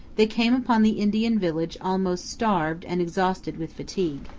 they came upon the indian village almost starved and exhausted with fatigue.